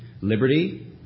liberty